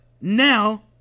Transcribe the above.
now